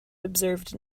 observed